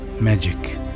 magic